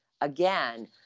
again